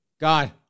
God